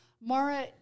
Mara